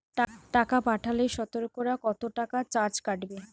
টাকা পাঠালে সতকরা কত টাকা চার্জ কাটবে?